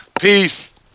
Peace